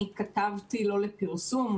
אני כתבתי לא לפרסום,